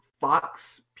Fox